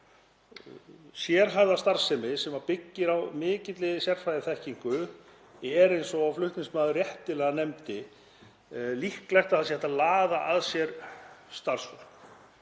svona sérhæfða starfsemi sem byggist á mikilli sérfræðiþekkingu er eins og flutningsmaður réttilega nefndi líklegt að það sé hægt að laða að sér starfsfólk.